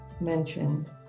mentioned